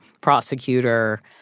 prosecutor